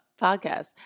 podcast